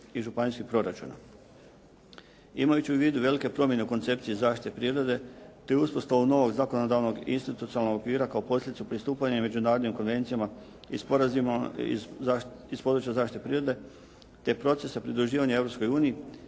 i županijskih proračuna. Imajući u vidu velike promjene u koncepciji zaštite prirode, te uspostavu novog zakonodavnog i institucionalnog okvira kao posljedicu pristupanja i međunarodnim konvencijama i sporazumima iz područja zaštite prirode, te procesa pridruživanja